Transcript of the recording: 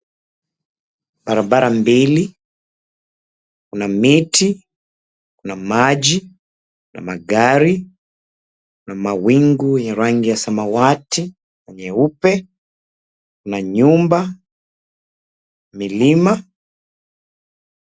Barabara mbili, kuna miti, kuna maji, kuna magari, kuna mawingu ya rangi ya samawati na nyeupe, kuna nyumba, milima.